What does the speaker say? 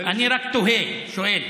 אני רק תוהה, שואל.